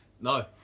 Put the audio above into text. No